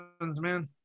man